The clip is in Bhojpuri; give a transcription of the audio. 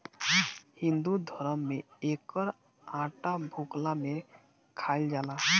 हिंदू धरम में एकर आटा भुखला में खाइल जाला